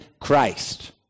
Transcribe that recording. Christ